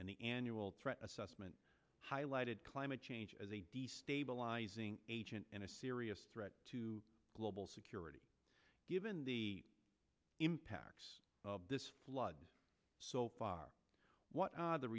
and the annual threat assessment highlighted climate change as a destabilizing agent and a serious threat to global security given the impacts of this flood so far what are the